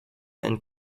and